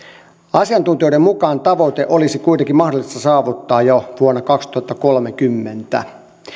asiantuntijoiden mukaan tavoite olisi kuitenkin mahdollista saavuttaa jo vuonna kaksituhattakolmekymmentä